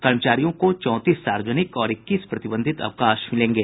कर्मचारियों को चौंतीस सार्वजनिक और इक्कीस प्रतिबंधित अवकाश मिलेंगे